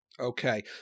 Okay